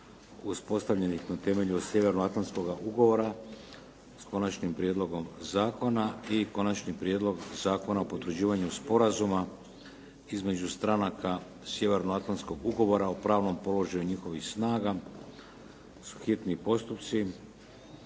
uspostavljenih na temelju Sjevernoatlantskog ugovora, hitni postupak, prvo i drugo čitanje, P.Z. br. 395 i - Konačni prijedlog zakona o potvrđivanju Sporazuma između stranaka Sjevernoatlantskog ugovora o pravnom položaju njihovih snaga, hitni postupak,